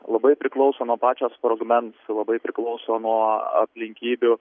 labai priklauso nuo pačio sprogmens labai priklauso nuo aplinkybių